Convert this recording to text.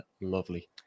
lovely